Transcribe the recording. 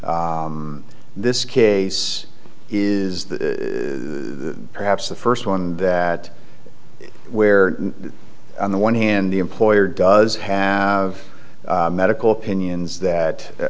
in this case is perhaps the first one that where on the one hand the employer does have medical opinions that